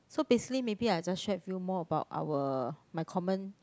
so basically maybe I just share you more about our my common